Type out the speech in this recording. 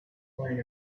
play